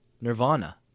Nirvana